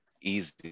easy